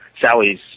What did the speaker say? Sally's